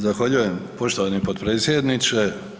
Zahvaljujem poštovani podpredsjedniče.